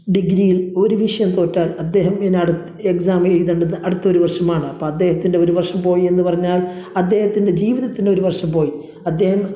ഡിഗ്രിയിൽ ഒരു വിഷയം തോറ്റാൽ അദ്ദേഹം പിന്നെ അടുത്ത എക്സാം എഴുതേണ്ടത് അടുത്ത ഒരു വർഷമാണ് അപ്പോൾ അദ്ദേഹത്തിൻ്റെ ഒരു വർഷം പോയി എന്ന് പറഞ്ഞാൽ അദ്ദേഹത്തിൻ്റെ ജീവിതത്തിൻ്റെ ഒരു വർഷം പോയി അദ്ദേഹം